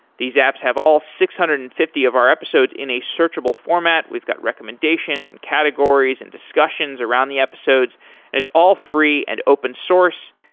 these apps have all six hundred and fifty of our episodes in a searchable format. we've got recommendations and categories in discussions around the episodes and it's all free and open-source.